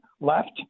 Left